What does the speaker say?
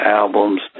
albums